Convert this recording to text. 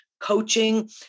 coaching